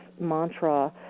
mantra